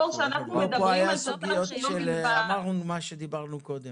פה היה סוגיות, אמרנו מה שדיברנו קודם.